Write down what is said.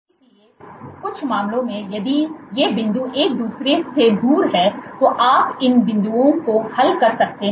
इसलिए कुछ मामलों में यदि ये बिंदु एक दूसरे से दूर हैं तो आप इन बिंदुओं को हल कर सकते हैं